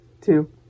two